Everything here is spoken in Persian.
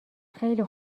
خیلی